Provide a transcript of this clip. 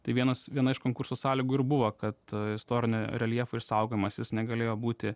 tai vienas viena iš konkurso sąlygų ir buvo kad istorinio reljefo išsaugojimas jis negalėjo būti